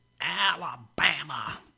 Alabama